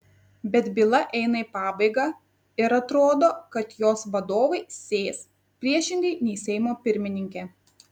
bet byla eina į pabaigą ir atrodo kad jos vadovai sės priešingai nei seimo pirmininkė